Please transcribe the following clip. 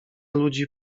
ludzi